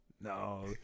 No